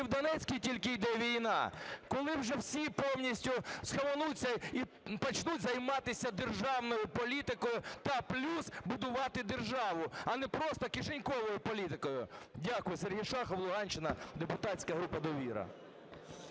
в Донецькій тільки йде війна? Коли вже всі повністю схаменуться і почнуть займатися державною політикою та плюс будувати державу, а не просто кишеньковою політикою? Дякую. Сергій Шахов, Луганщина, депутатська група "Довіра".